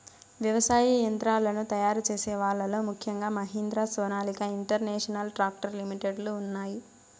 వ్యవసాయ యంత్రాలను తయారు చేసే వాళ్ళ లో ముఖ్యంగా Mahindra, Sonalika international tractor limited లు ఉన్నాయి